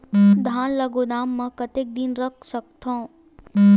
धान ल गोदाम म कतेक दिन रख सकथव?